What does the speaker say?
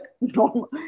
normal